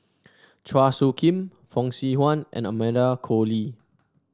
Chua Soo Khim Fong Swee Suan and Amanda Koe Lee